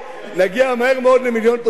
נגיע מהר מאוד למיליון תושבים.